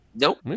Nope